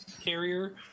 carrier